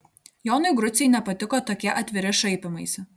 jonui grucei nepatiko tokie atviri šaipymaisi